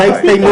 מתי הסתיימו?